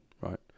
right